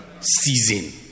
season